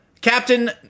Captain